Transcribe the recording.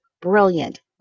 brilliant